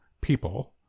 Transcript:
people